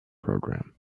program